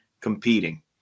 competing